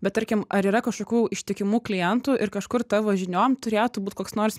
bet tarkim ar yra kažkokių ištikimų klientų ir kažkur tavo žiniom turėtų būt koks nors